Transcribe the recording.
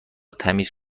تمیز